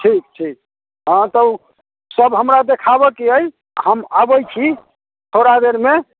ठीक ठीक आओर तऽ ओ सब हमरा देखाबऽ के अछि हम अबै छी थोड़ा देरमे